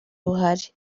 buhari